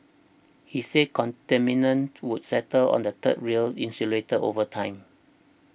he said contaminants would settle on the third rail insulators over time